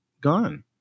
gone